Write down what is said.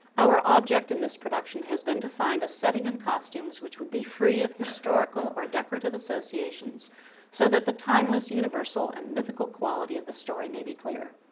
our object in this production has been to find a setting and costumes which would be free of historical or decorative associations so that the timeless universal and mythical quality of the story may be clear.